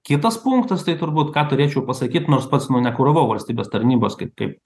kitas punktas tai turbūt ką turėčiau pasakyt nors pats nu nekuravau valstybės tarnybos kaip kaip